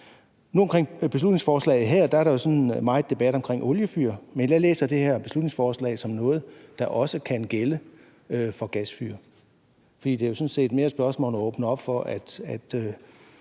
med beslutningsforslaget her meget debat omkring oliefyr. Men jeg læser det her beslutningsforslag som noget, der også kan gælde for gasfyr. For det er jo sådan set mere et spørgsmål om at åbne op for,